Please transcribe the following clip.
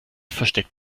versteckt